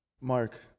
Mark